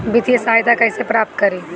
वित्तीय सहायता कइसे प्राप्त करी?